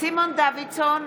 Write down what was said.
סימון דוידסון,